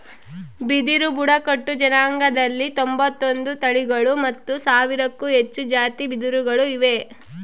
ಬಿದಿರು ಬುಡಕಟ್ಟು ಜನಾಂಗದಲ್ಲಿ ತೊಂಬತ್ತೊಂದು ತಳಿಗಳು ಮತ್ತು ಸಾವಿರಕ್ಕೂ ಹೆಚ್ಚು ಜಾತಿ ಬಿದಿರುಗಳು ಇವೆ